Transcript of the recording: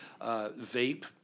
vape